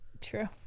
True